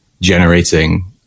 generating